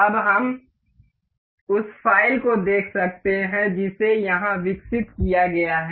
अब हम उस फ़ाइल को देख सकते हैं जिसे यहाँ विकसित किया गया है